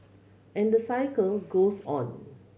and the cycle goes on